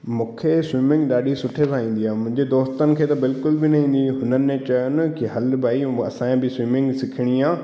मूंखे स्विमिंग ॾाढी सुठे सां ईंदी आहे मुंहिंजे दोस्तनि खे त बिल्कुलु बि न ईंदी उन्हनि ने चयो ने की हलु भाई असांखे बि स्विमिंग सिखिणी आहे